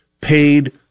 paid